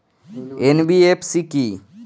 NBFC কী?